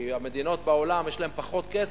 כי המדינות בעולם יש להן פחות כסף,